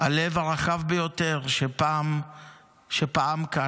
הלב הרחב ביותר שפעם כאן,